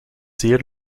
zeer